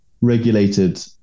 regulated